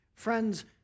Friends